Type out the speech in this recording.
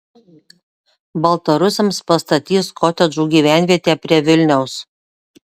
baltarusiams pastatys kotedžų gyvenvietę prie vilniaus